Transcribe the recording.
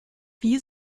wie